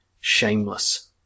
Shameless